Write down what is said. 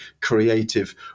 creative